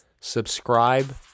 subscribe